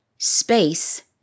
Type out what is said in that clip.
Space